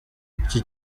iki